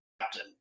captain